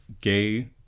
gay